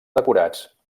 decorats